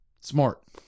Smart